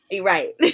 Right